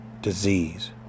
disease